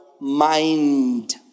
mind